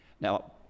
Now